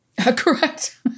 correct